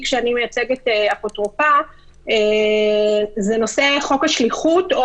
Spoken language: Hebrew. שאני מייצגת אפוטרופא זה נושא חוק השליחות,